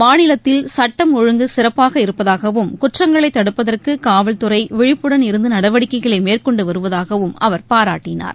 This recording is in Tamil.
மாநிலத்தில் சட்டம் ஒழுங்கு சிறப்பாக இருப்பதாகவும் குற்றங்களை தடுப்பதற்கு காவல்துறை விழிப்புடன் இருந்து நடவடிக்கைகளை மேற்கொண்டு வருவதாகவும் அவர் பாராட்டினார்